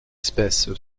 espèce